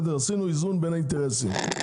עשינו איזון בין האינטרסים.